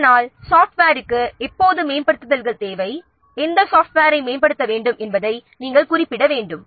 எப்போது சாஃப்ட்வேருக்கு மேம்படுத்தல் தேவை எந்த சாஃப்ட்வேரை மேம்படுத்த வேண்டும் என்பதை நாம் குறிப்பிட வேண்டும்